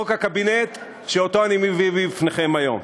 חוק הקבינט שאני מביא בפניכם היום.